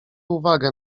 uwagę